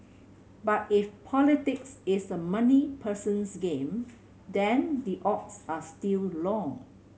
but if politics is a money person's game then the odds are still long